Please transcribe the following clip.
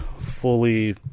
fully